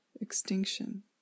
extinction